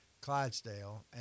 Clydesdale